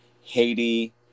Haiti